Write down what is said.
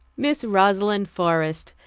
miss rosalind forrest,